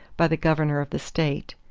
by the governor of the state.